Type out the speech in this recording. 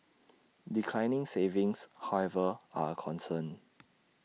declining savings however are A concern